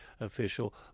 official